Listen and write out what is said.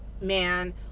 man